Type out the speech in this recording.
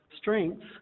strengths